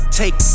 take